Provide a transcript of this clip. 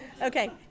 Okay